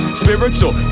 spiritual